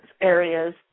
areas